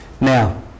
Now